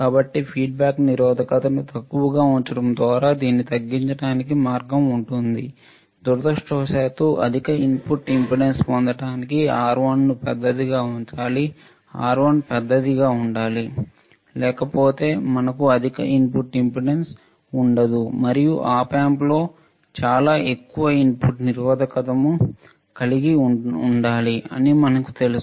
కాబట్టి ఫీడ్బ్యాక్ నిరోధకతను తక్కువగా ఉంచడం ద్వారా దీన్ని తగ్గించడానికి మార్గం ఉంటుంది దురదృష్టవశాత్తు అధిక ఇన్పుట్ ఇంపెడెన్స్ పొందటానికి R1 ను పెద్దదిగా ఉంచాలి R1 పెద్దదిగా ఉండాలి లేకపోతే మనకు అధిక ఇన్పుట్ ఇంపెడెన్స్ ఉండదు మరియు Op Amp లో చాలా ఎక్కువ ఇన్పుట్ నిరోధకము కలిగి ఉండాలి అని మనకి తెలుసు